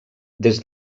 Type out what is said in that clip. des